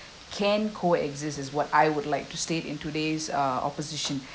can co-exist is what I would like to state in today's uh opposition